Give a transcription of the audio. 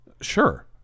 sure